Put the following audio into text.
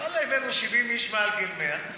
הבאנו 70 איש מעל גיל 100,